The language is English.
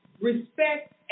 respect